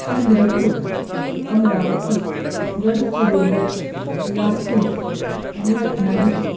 चंद्रपुर अमरावती गढचिरौली लातूर आनी रत्नागिरी